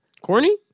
Corny